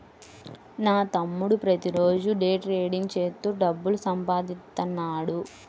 నా తమ్ముడు ప్రతిరోజూ డే ట్రేడింగ్ చేత్తూ డబ్బులు సంపాదిత్తన్నాడు